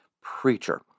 preacher